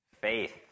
Faith